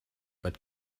but